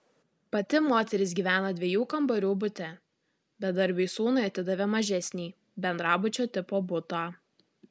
pati moteris gyvena dviejų kambarių bute bedarbiui sūnui atidavė mažesnį bendrabučio tipo butą